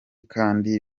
kandi